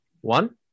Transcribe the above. One